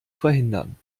verhindern